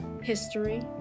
history